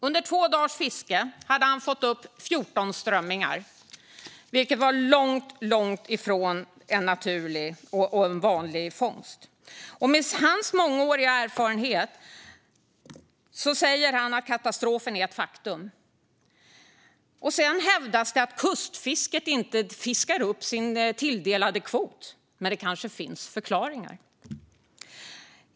Under två dagars fiske hade han fått upp 14 strömmingar, vilket var väldigt långt ifrån en naturlig och vanlig fångst. Med sin mångåriga erfarenhet menar han att katastrofen är ett faktum. Sedan hävdas det att kustfisket inte fiskar upp sin tilldelade kvot, men det kanske finns förklaringar.